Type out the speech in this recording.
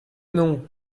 non